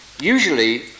Usually